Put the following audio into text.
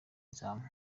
izamu